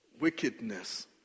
wickedness